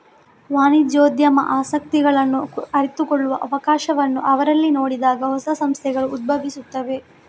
ವಾಣಿಜ್ಯೋದ್ಯಮ ಆಸಕ್ತಿಗಳನ್ನು ಅರಿತುಕೊಳ್ಳುವ ಅವಕಾಶವನ್ನು ಅವರಲ್ಲಿ ನೋಡಿದಾಗ ಹೊಸ ಸಂಸ್ಥೆಗಳು ಉದ್ಭವಿಸುತ್ತವೆ